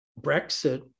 Brexit